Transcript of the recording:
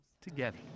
together